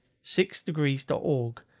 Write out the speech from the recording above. SixDegrees.org